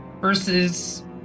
versus